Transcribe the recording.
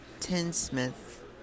Tinsmith